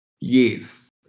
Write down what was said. Yes